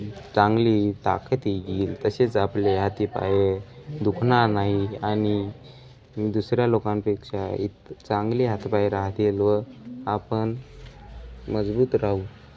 चांगली ताकद येईल तसेच आपले हातीपायही दुखणार नाही आणि दुसऱ्या लोकांपेक्षा इथं चांगली हातीपाय राहतील व आपण मजबूत राहू